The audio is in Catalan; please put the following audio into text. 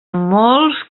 molts